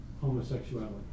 homosexuality